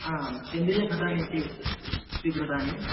हा केन्द्रीयखतानीति स्वीकृतानि